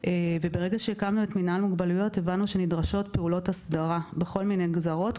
וברגע שהקמנו אותו הבנו שנדרשות פעולות הסדרה בכל מיני גזרות,